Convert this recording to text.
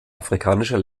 afrikanischer